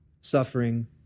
suffering